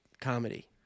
comedy